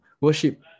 worship